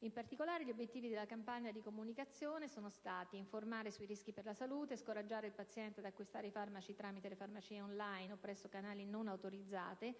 In particolare, gli obiettivi della campagna di comunicazione sono stati i seguenti: informare sui rischi per la salute; scoraggiare il paziente ad acquistare i farmaci tramite le farmacie *on line* o presso canali non autorizzati